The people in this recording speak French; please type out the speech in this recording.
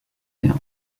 rien